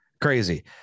crazy